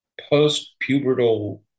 post-pubertal